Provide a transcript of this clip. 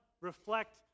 reflect